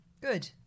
Good